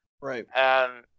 right